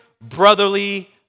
brotherly